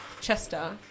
Chester